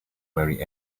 marry